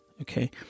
Okay